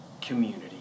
community